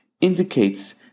indicates